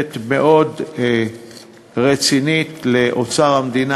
תוספת מאוד רצינית לאוצר המדינה.